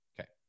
Okay